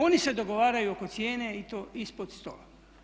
Oni se dogovaraju oko cijene i to ispod stola.